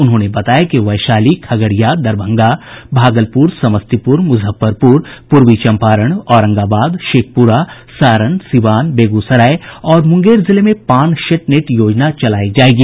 उन्होंने बताया कि वैशाली खगड़िया दरभंगा भागलपुर समस्तीपुर मुजफ्फरपुर पूर्वी चंपारण औरंगाबाद शेखपुरा सारण सिवान बेगूसराय और मुंगेर जिले पान शेटनेट योजना चलायी जायेगी